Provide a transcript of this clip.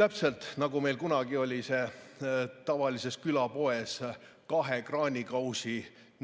Täpselt nii, nagu meil kunagi oli tavalises külapoes kahe kraanikausi